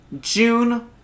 June